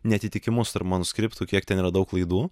neatitikimus tarp manuskriptų kiek ten yra daug klaidų